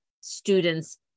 students